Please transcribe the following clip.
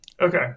Okay